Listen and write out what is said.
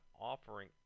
offering